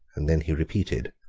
and then he repeated,